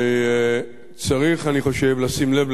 וצריך, אני חושב, לשים לב לכך